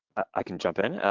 i can jump in,